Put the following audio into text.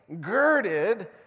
girded